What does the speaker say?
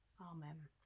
Amen